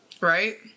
Right